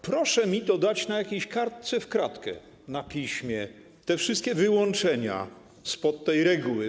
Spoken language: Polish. Proszę mi to dać na jakieś kartce w kratkę, na piśmie, te wszystkie wyłączenia spod tej reguły.